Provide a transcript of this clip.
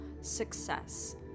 success